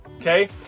okay